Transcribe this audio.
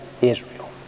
Israel